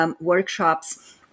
workshops